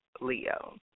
Leo